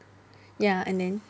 ya and then